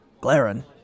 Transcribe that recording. Glaren